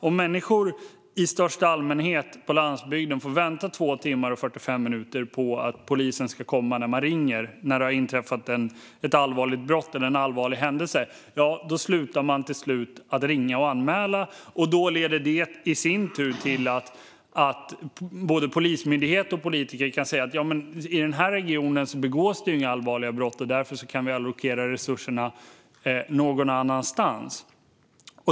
Om människor på landsbygden får vänta 2 timmar och 45 minuter på att polisen ska komma när de ringer och det har inträffat ett allvarligt brott eller en allvarlig händelse slutar de till sist att ringa och anmäla. Detta leder i sin tur till att både Polismyndigheten och politikerna kan säga: I den här regionen begås det inga allvarliga brott, och därför kan vi allokera resurserna någon annanstans.